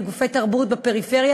בגופי תרבות בפריפריה,